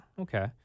Okay